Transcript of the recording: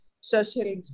social